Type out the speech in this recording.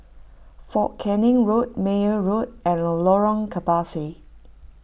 fort Canning Road Meyer Road and Lorong Kebasi